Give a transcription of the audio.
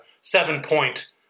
seven-point